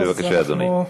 אז אנחנו, בבקשה, אדוני.